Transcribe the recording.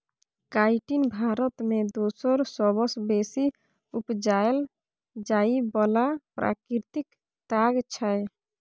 chitin Bharat मे दोसर सबसँ बेसी उपजाएल जाइ बला प्राकृतिक ताग छै